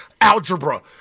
algebra